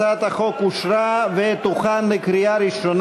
ההצעה להעביר את הצעת חוק לתיקון פקודת מס הכנסה